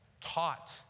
taught